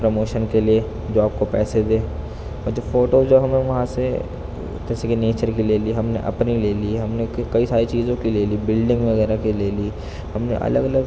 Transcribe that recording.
promotion کے لیے جو آپ کو پیسے دے اور جو فوٹوز جو ہمیں وہاں سے تصویر نیچر کی لے لی ہم نے اپنی لے لی ہم نے کئی ساری چیزوں کی لے لی بلڈنگ وغیرہ کی لے لی ہم نے الگ